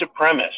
supremacist